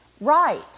right